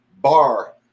Bar